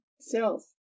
self